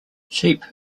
sheep